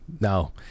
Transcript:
No